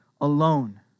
alone